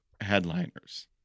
headliners